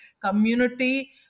Community